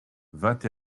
vingt